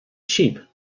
sheep